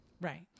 Right